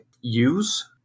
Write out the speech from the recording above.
use